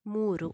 ಮೂರು